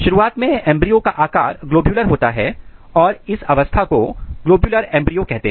शुरुआत में एंब्रियो का आकार ग्लोबुलर होता है और इस अवस्था को ग्लोबयूलर एंब्रियो कहते हैं